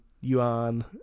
yuan